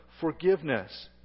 forgiveness